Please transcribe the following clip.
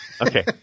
Okay